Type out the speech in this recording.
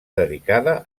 dedicada